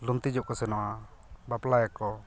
ᱞᱩᱝᱛᱤᱡᱚᱜ ᱠᱚ ᱥᱮᱱᱚᱜᱼᱟ ᱵᱟᱯᱞᱟᱭᱟᱠᱚ